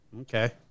Okay